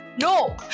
no